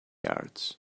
yards